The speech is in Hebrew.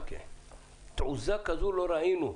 תעוזה כזאת לא ראינו.